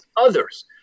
others